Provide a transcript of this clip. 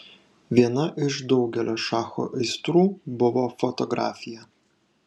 viena iš daugelio šacho aistrų buvo fotografija